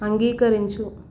అంగీకరించు